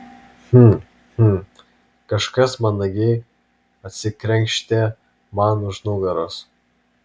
hm hm kažkas mandagiai atsikrenkštė man už nugaros